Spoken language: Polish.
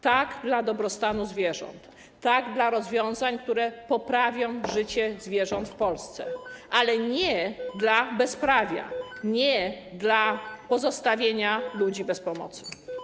Tak dla dobrostanu zwierząt, tak dla rozwiązań, które poprawią życie zwierząt w Polsce, ale nie dla bezprawia, nie dla pozostawienia ludzi bez pomocy.